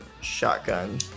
Shotgun